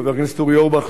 חבר הכנסת אורי אורבך,